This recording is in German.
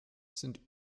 sind